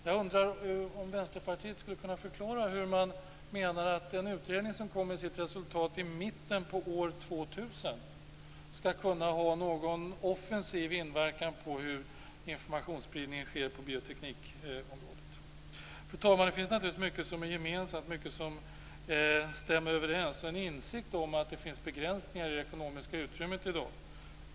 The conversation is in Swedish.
Jag undrar om Vänsterpartiet skulle kunna förklara hur man menar att en utredning som kommer med sitt resultat i mitten av år 2000 skall kunna ha någon offensiv inverkan på hur informationsspridningen sker på bioteknikområdet. Fru talman! Det finns naturligtvis mycket som är gemensamt och som stämmer överens. Det finns också en insikt om att det finns begränsningar i det ekonomiska utrymmet i dag.